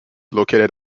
located